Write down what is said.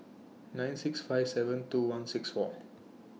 nine six five seven two one six four